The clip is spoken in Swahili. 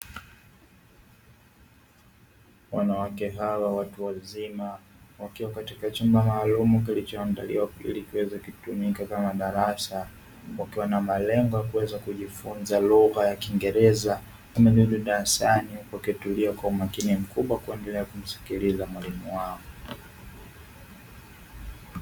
Wanawake hawa watu wazima wakiwa katika chumba maalumu kilichoandaliwa ili kiweze kutumika kama darasa, wakiwa namalengo ya kuweza kujifunza lugha ya Kiingereza, wakitulia darasani kwa utulivu mkubwa ili waweze kumsikiliza mwalimu wao.